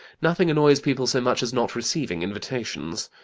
nothing annoys people so much as not receiving invitations.